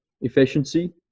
efficiency